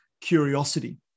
curiosity